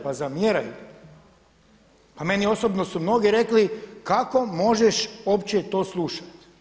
Pa zamjeraju pa meni osobno su mnogi rekli kako možeš uopće to slušati.